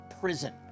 prison